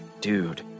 Dude